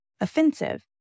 offensive